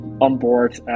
onboard